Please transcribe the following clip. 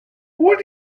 what